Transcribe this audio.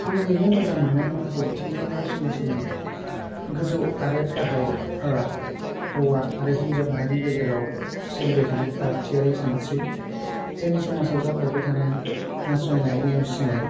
आं लिरनो मोजां मोननाय माखासे बिथिंफोरा जाबाय समाजनि गोजौ आरो गाहाय फाराग हौवा आरो हिनजाव माहारिनि गेजेराव सोलिबाय थानाय फारागथियारि सानस्रि जोंनि समाजाव जाफ्लेबाय थानाय नासयनाय नेवसिनाय